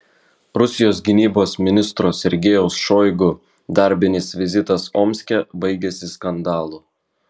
rusijos gynybos ministro sergejaus šoigu darbinis vizitas omske baigėsi skandalu